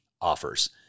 offers